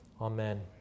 Amen